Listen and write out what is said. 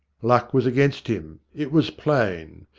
luck was against him, it was plain.